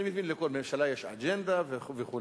אני מבין שלכל ממשלה יש אג'נדה וכדומה,